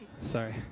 Sorry